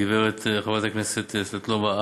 חברת הכנסת סבטלובה,